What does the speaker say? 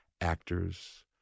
Actors